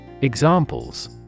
Examples